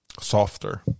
softer